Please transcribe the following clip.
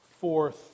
Fourth